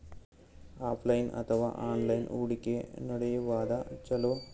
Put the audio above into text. Offline ಅಥವಾ online ಹೂಡಿಕೆ ನಡು ಯವಾದ ಛೊಲೊ?